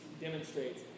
demonstrates